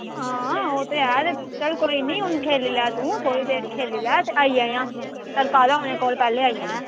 हां ओह् ते ऐ चल कोई नी हून खेली लै तूं थोह्ड़ी देर खेली लै ते आई जायां तरकालां होने कोल पैह्लें आई जायां